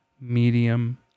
medium